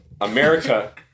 America